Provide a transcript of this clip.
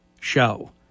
show